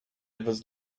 was